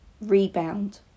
rebound